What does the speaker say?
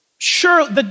Sure